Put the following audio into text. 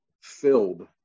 filled